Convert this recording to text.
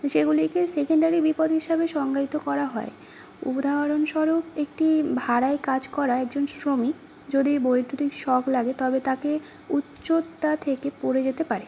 সেগুলিকে সেকেন্ডারি বিপদ হিসাবে সংজ্ঞায়িত করা হয় উদাহরণস্বরূপ একটি ভারায় কাজ করা একজন শ্রমিক যদি বৈদ্যুতিক শক লাগে তবে তাকে উচ্চতা থেকে পড়ে যেতে পারে